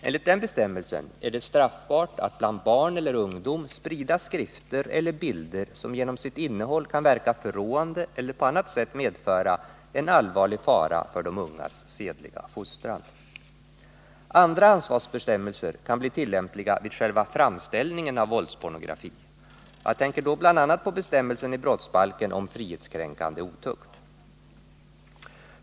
Enligt den bestämmelsen är det straffbart att bland barn eller ungdom sprida skrifter eller bilder som genom sitt innehåll kan verka förråande eller på annat sätt medföra en allvarlig fara för de ungas sedliga fostran. Andra ansvarsbestämmelser kan bli tillämpliga vid själva framställningen av våldspornografi. Jag tänker då bl.a. på bestämmelsen i brottsbalken om frihetskränkande otukt.